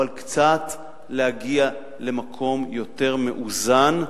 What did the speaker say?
קצת להגיע למקום מאוזן יותר,